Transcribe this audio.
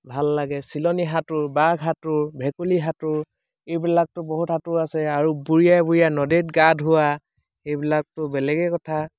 ভাল লাগে চিলনী সাঁতোৰ বাঘ সাঁতোৰ ভেকুলী সাঁতোৰ এইবিলাকতো বহুত সাঁতোৰ আছে আৰু বুৰিয়াই বুৰিয়াই নদীত গা ধোৱা এইবিলাকতো বেলেগেই কথা